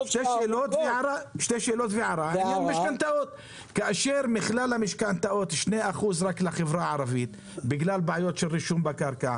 רק 2% מכלל המשכנתאות הן לחברה הערבית בגלל בעיות של רישום בקרקע,